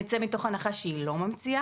נצא מתוך נקודת הנחה שהיא לא ממציאה,